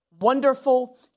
Wonderful